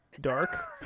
dark